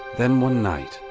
then one night,